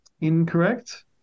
Incorrect